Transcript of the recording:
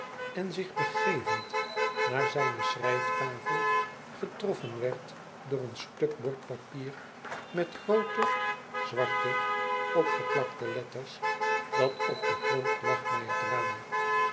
en zich begevend naar zijne schrijftafel getroffen werd door een stuk bordpapier met groote zwarte opgeplakte letters dat op den grond lag bij het raam